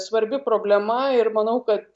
svarbi problema ir manau kad